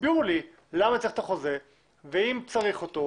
תסבירו לי למה צריך את החוזה ואם צריך אותו,